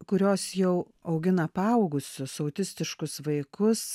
kurios jau augina paaugusius autistiškus vaikus